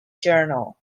journal